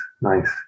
nice